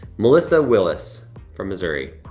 melissa willis from missouri.